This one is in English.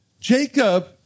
Jacob